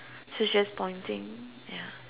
she's just pointing ya